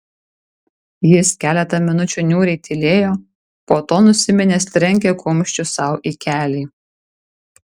jis keletą minučių niūriai tylėjo po to nusiminęs trenkė kumščiu sau į kelį